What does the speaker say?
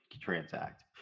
transact